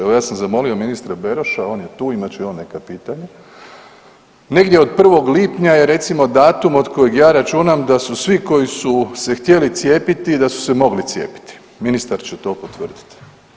Evo ja sam zamolio ministra Beroša, on je tu, imat će i on neka pitanja, negdje od 1. lipnja je recimo datum od kojeg ja računam da su svi koji su se htjeli cijepiti da su se mogli cijepiti, ministar će to potvrdit.